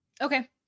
Okay